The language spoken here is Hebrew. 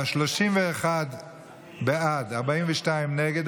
31 בעד, 42 נגד.